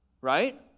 right